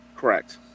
Correct